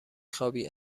خوابی